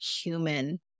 human